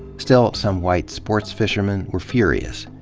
still, some white sports fishermen were furious.